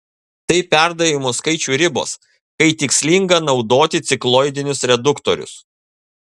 tai perdavimo skaičių ribos kai tikslinga naudoti cikloidinius reduktorius